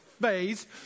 phase